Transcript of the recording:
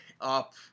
up